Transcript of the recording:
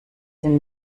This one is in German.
denn